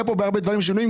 היו פה בהרבה דברים שינויים,